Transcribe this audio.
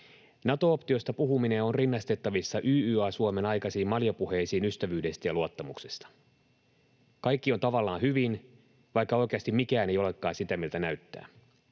Nato-optiosta puhuminen on rinnastettavissa YYA-Suomen aikaisiin maljapuheisiin ystävyydestä ja luottamuksesta. Kaikki on tavallaan hyvin, vaikka oikeasti mikään ei olekaan sitä, miltä näyttää.